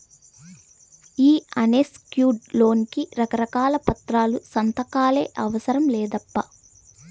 ఈ unsecured loan కి రకారకాల పత్రాలు, సంతకాలే అవసరం లేదప్పా